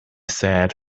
said